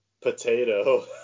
Potato